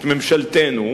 את ממשלתנו,